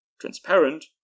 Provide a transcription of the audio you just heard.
Transparent